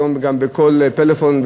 היום גם בכל פלאפון,